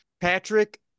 Patrick